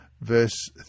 verse